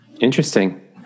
interesting